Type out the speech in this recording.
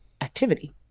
activity